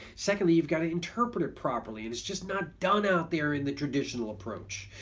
secondly you've got to interpret it properly and it's just not done out there in the traditional approach.